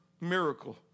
miracle